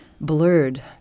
blurred